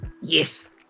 yes